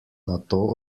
nato